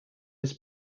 his